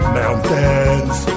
mountains